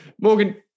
Morgan